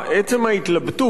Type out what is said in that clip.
עצם ההתלבטות,